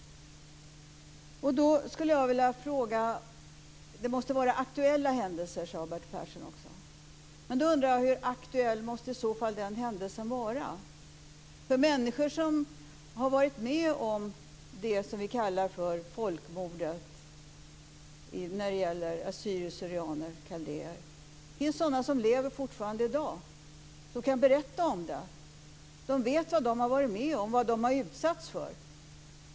Han sade också att det måste vara aktuella händelser. Hur aktuell måste den händelsen i så fall vara? Människor som har varit med om det som vi kallar för folkmordet när det gäller assyrier/syrianer och kaldéer lever fortfarande i dag. De kan berätta om det. De vet vad de har varit med om, vad de har utsatts för.